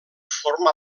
formà